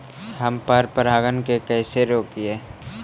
हम पर परागण के कैसे रोकिअई?